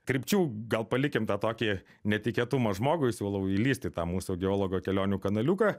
krypčių gal palikim tą tokį netikėtumą žmogui siūlau įlįst į tą mūsų geologo kelionių kanaliuką